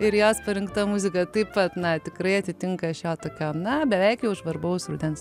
ir jos parinkta muzika taip pat na tikrai atitinka šią tokią na beveik jau žvarbaus rudens